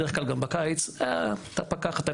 בדרך כלל גם בקיץ: אתה פקח אתה,